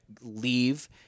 leave